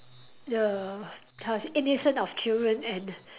the the innocent of children and